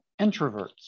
introverts